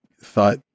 thought